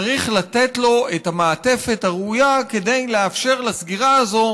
צריך לתת לו את המעטפת הראויה כדי לאפשר לסגירה הזאת